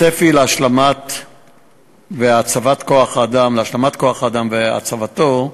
הצפי להשלמת כוח-האדם והצבתו,